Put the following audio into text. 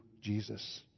Jesus